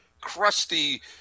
crusty